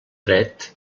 dret